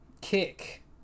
Kick